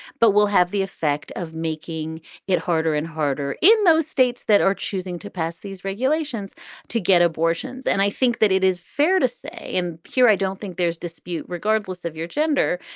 but will have the effect of making it harder and harder in those states that are choosing to pass these regulations regulations to get abortions. and i think that it is fair to say in here, i don't think there's dispute, regardless of your gender,